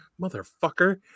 Motherfucker